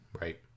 Right